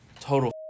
Total